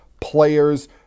players